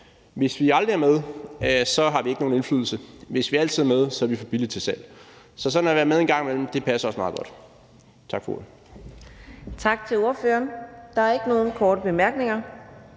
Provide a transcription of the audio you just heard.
Hvis vi aldrig er med, har vi ikke nogen indflydelse. Hvis vi altid er med, er vi for billigt til salg. Så sådan at være med en gang imellem passer os meget godt. Tak for ordet.